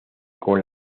con